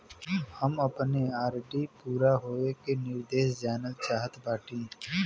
हम अपने आर.डी पूरा होवे के निर्देश जानल चाहत बाटी